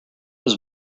his